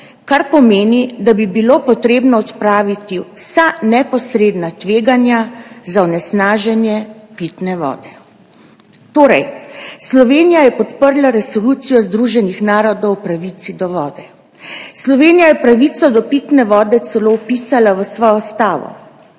kar pomeni, da bi bilo treba odpraviti vsa neposredna tveganja za onesnaženje pitne vode. Torej, Slovenija je podprla resolucijo Združenih narodov o pravici do vode. Slovenija je pravico do pitne vode vpisala celo v svojo ustavo.